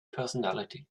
personality